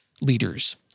leaders